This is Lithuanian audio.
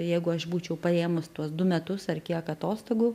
jeigu aš būčiau paėmus tuos du metus ar kiek atostogų